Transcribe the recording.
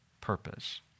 purpose